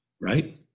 right